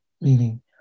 Meaning